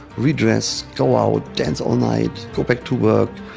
redress, go out, dance all night, go back to work,